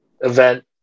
event